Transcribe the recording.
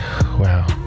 Wow